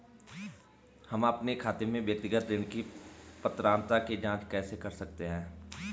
हम अपने खाते में व्यक्तिगत ऋण की पात्रता की जांच कैसे कर सकते हैं?